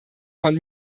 von